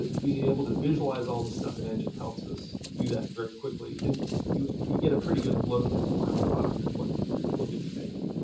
being able to visualize all the stuff in engine helps us do that very quickly. and you you get a pretty good look at the final product, and what what they'll be making.